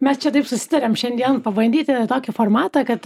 mes čia taip susitarėm šiandien pabandyti tokį formatą kad